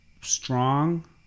strong